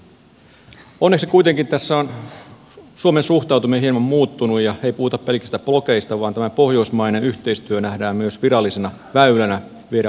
onneksi tässä kuitenkin on suomen suhtautuminen hieman muuttunut ja ei puhuta pelkistä blokeista vaan tämä pohjoismainen yhteistyö nähdään myös virallisena väylänä viedä asioita eteenpäin